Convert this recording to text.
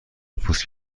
پوست